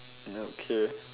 okay